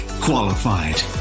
qualified